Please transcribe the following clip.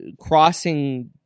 crossing